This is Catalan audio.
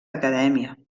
acadèmia